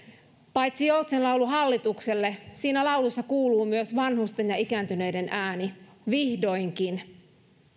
paitsi joutsenlaulu hallitukselle siinä laulussa kuuluu myös vanhusten ja ikääntyneiden ääni vihdoinkin